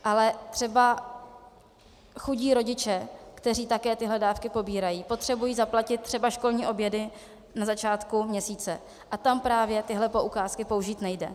Ale třeba chodí rodiče, kteří také tyto dávky pobírají, potřebují zaplatit třeba školní obědy na začátku měsíce, a tam právě tyto poukázky použít nejde.